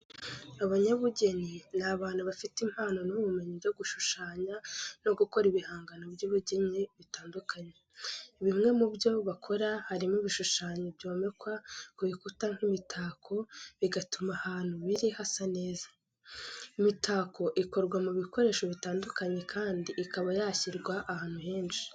Abanyabugeni ni abantu bafite impano n'ubumenyi bwo gushushanya no gukora ibihangano by'ubugeni bitandukanye. Bimwe mu byo bakora harimo ibishushanyo byomekwa ku bikuta nk'imitako, bigatuma ahantu biri hasa neza. Imitako ikorwa mu bikoresho bitandukanye kandi ikaba yashyirwa ahantu henshi.